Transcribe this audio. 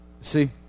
See